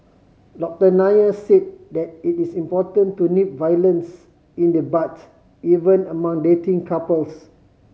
Doctor Nair said that it is important to nip violence in the bud even among dating couples